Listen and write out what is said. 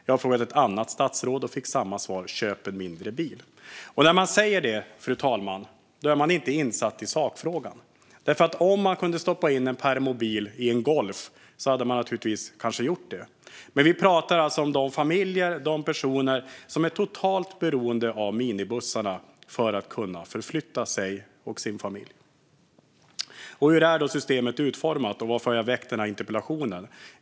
Jag har frågat ett annat statsråd och fick samma svar: Köp en mindre bil! Fru talman! När man säger så är man inte insatt i sakfrågan. Om man kunde stoppa in en permobil i en Golf hade man nog gjort det. Vi talar nu om familjer och personer som är totalt beroende av minibussar för att kunna förflytta sig och sin familj. Hur är systemet utformat, och varför har jag väckt den här interpellationen?